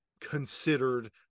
considered